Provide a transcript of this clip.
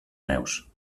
meus